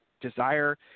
desire